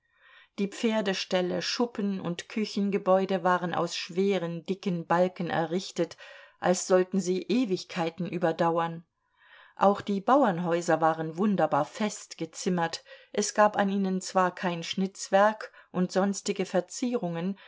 die pferdeställe schuppen und küchengebäude waren aus schweren dicken balken errichtet als sollten sie ewigkeiten überdauern auch die bauernhäuser waren wunderbar fest gezimmert es gab an ihnen zwar kein schnitzwerk und sonstige verzierungen